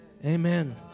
amen